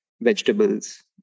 vegetables